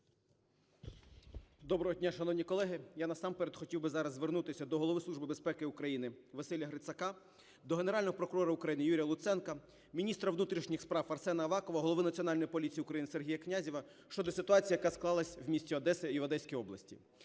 Доброго дня, шановні колеги. Я, насамперед, хотів би зараз звернутися до голови Служби безпеки України Василя Грицака, до Генерального прокурора України Юрія Луценка, міністра внутрішніх справ Арсена Авакова, голови Національної поліції України Сергія Князєва щодо ситуації, яка склалася в місті Одеса і в Одеській області